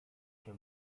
się